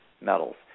metals